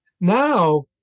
now